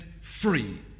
free